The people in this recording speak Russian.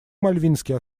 мальвинские